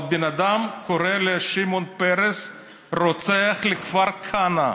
אבל בן אדם קורא לשמעון פרס רוצח בגלל כפר כנא,